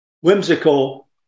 whimsical